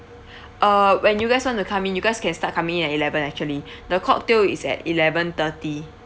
uh when you guys want to come in you guys can start coming in at eleven actually the cocktail is at eleven thirty